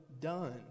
done